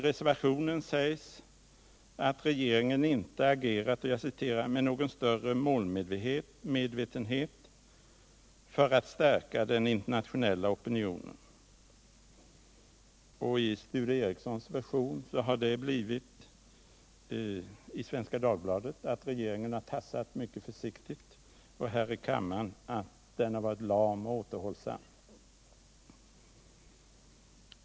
I reservationen sägs att regeringen inte agerat ”med någon större målmedvetenhet” för att stärka den internationella opinionen. Sture Ericsons version är i Svenska Dagbladet att ”regeringen har tassat mycket försiktigt” och här i kam maren att regeringen har varit lam och återhållsam.